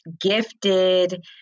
gifted